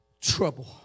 Trouble